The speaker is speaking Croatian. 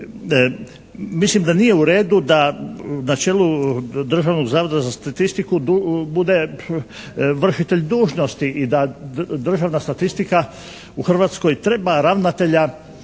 Mislim da nije u redu da na čelu Državnog zavoda za statistiku bude vršitelj dužnosti i da Državna statistika u Hrvatskoj treba ravnatelja.